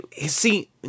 See